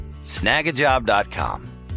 snagajob.com